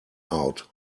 out